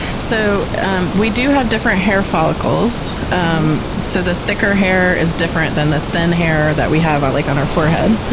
so um we do have different hair follicles. um so the thicker hair is different than the thin hair that we have like on our forehead.